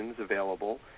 available